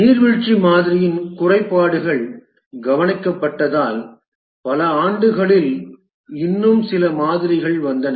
நீர்வீழ்ச்சி மாதிரியின் குறைபாடுகள் கவனிக்கப்பட்டதால் பல ஆண்டுகளில் இன்னும் சில மாதிரிகள் வந்தன